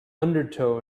undertow